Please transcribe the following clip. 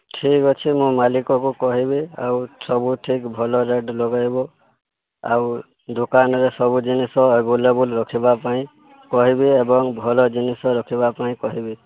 ଠିକ୍ ଅଛି ମୁଁ ମାଲିକକୁ କହିବି ଆଉ ସବୁ ଠିକ୍ ଭଲ ରେଟ ଲଗାଇବ ଆଉ ଦୋକାନରେ ସବୁ ଜିନିଷ ଅଭେଲେବୁଲ ରଖିବା ପାଇଁ କହିବି ଏବଂ ଭଲ ଜିନିଷ ରଖିବା ପାଇଁ କହିବି